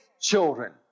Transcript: children